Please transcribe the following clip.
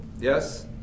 Yes